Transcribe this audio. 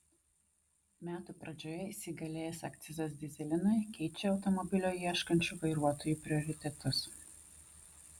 metų pradžioje įsigalėjęs akcizas dyzelinui keičia automobilio ieškančių vairuotojų prioritetus